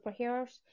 superheroes